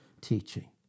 teaching